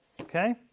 Okay